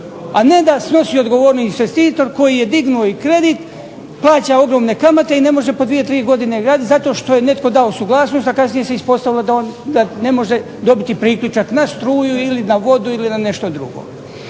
a ne da snosi odgovornost investitor koji je dignuo i kredit, plaća ogromne kamate i ne može po 2, 3 godine graditi zato što je netko dao suglasnost, a kasnije se ispostavilo da ne može dobiti priključak na struju ili na vodu ili na nešto drugo.